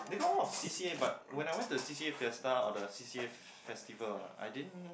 because one of C_C_A but when I went to the C_C_A fiesta or the C_C_A festival I didn't